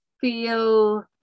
feel